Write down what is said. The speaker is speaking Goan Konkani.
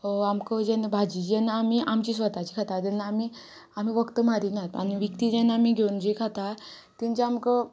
आमकां जेन्ना भाजी जेन्ना आमी आमची स्वताची खाता तेन्ना आमी आमी वक्त मारिनात आनी विकती जेन्ना आमी घेवन जी खाता तेंचे आमकां